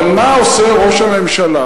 אבל מה עושה ראש הממשלה,